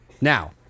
Now